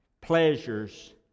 pleasures